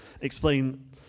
explain